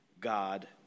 God